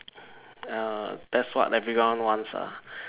err that's what everyone wants ah